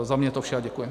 Za mě je to vše, děkuji.